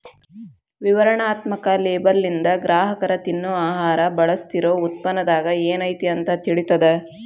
ವಿವರಣಾತ್ಮಕ ಲೇಬಲ್ಲಿಂದ ಗ್ರಾಹಕರ ತಿನ್ನೊ ಆಹಾರ ಬಳಸ್ತಿರೋ ಉತ್ಪನ್ನದಾಗ ಏನೈತಿ ಅಂತ ತಿಳಿತದ